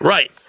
Right